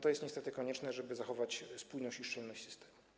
To jest niestety konieczne, żeby zachować spójność i szczelność systemu.